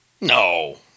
No